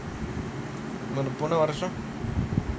போன வருஷம்:pona varusham